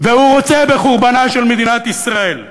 והוא רוצה בחורבנה של מדינת ישראל.